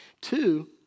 Two